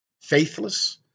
faithless